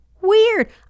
weird